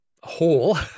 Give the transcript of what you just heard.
hole